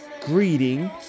greeting